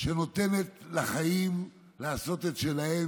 שנותנת לחיים לעשות את שלהם.